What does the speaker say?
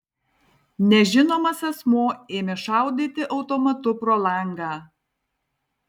nežinomas asmuo ėmė šaudyti automatu pro langą